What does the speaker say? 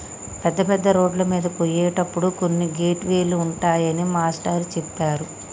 పెద్ద పెద్ద రోడ్లమీద పోయేటప్పుడు కొన్ని గేట్ వే లు ఉంటాయని మాస్టారు చెప్పారు